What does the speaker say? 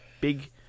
big